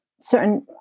certain